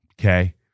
Okay